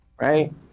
right